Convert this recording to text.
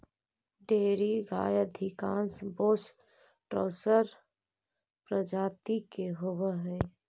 dairy गाय अधिकांश Bos taurus प्रजाति के होवऽ हइ